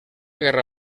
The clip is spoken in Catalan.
guerra